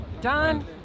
Don